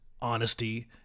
honesty